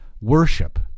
worship